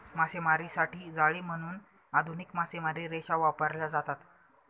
मासेमारीसाठी जाळी म्हणून आधुनिक मासेमारी रेषा वापरल्या जातात